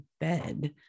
bed